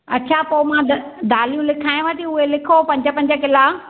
अच्छा पोइ मां दा दालियूं लिखांयांव थी उहे लिखो पंंज पंज किला